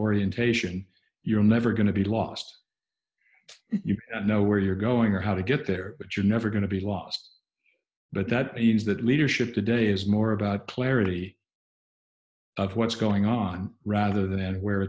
orientation you're never going to be lost you know where you're going or how to get there but you're never going to be lost but that means that leadership today is more about clarity of what's going on rather than